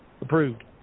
approved